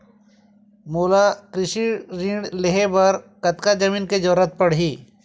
मोला कृषि ऋण लहे बर कतका जमीन के जरूरत पड़ही?